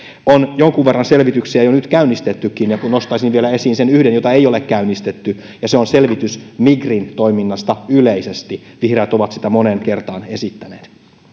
on jonkun verran selvityksiä jo nyt käynnistettykin ja nostaisin vielä esiin sen yhden jota ei ole käynnistetty ja se on selvitys migrin toiminnasta yleisesti vihreät ovat sitä moneen kertaan esittäneet